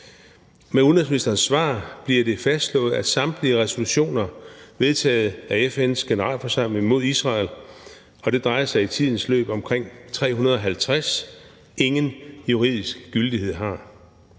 Med udenrigsministerens svar bliver det fastslået, at samtlige resolutioner vedtaget af FN's Generalforsamling mod Israel, og det drejer sig i tidens løb om omkring 350, ingen juridisk gyldighed har.